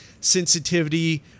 sensitivity